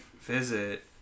visit